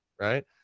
right